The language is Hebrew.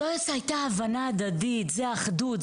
זו הייתה הבנה הדדית, זה אחדות.